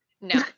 No